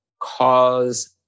cause